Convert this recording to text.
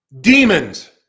Demons